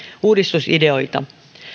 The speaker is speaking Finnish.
uudistusideoita